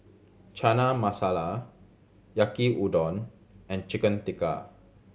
Chana Masala Yaki Udon and Chicken Tikka